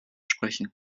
sprechen